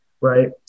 right